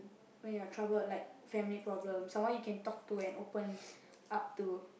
when you're troubled like family problems someone you can talk to and open up to